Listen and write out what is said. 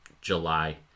July